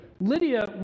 Lydia